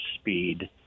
speed